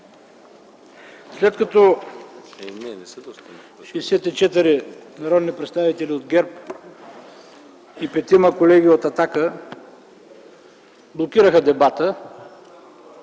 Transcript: след като 64 народни представители от ГЕРБ и 5 колеги от „Атака” блокираха дебата